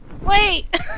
Wait